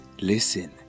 listen